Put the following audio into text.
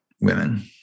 women